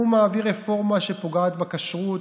הוא מעביר רפורמה שפוגעת בכשרות,